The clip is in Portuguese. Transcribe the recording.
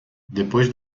depois